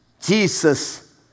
Jesus